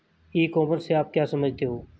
ई commerce से आप क्या समझते हो?